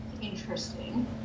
interesting